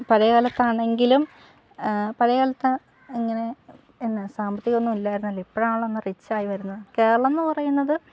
പഴയ കാലത്താണെങ്കിലും പഴയ കാലത്ത് ഇങ്ങനെ എന്നാ സാമ്പത്തികം ഒന്നും ഇല്ലായിരുന്നല്ലോ ഇപ്പോഴാണല്ലോ ഒന്ന് റിച്ച് ആയി വരുന്നത് കേരളം എന്ന് പറയുന്നത്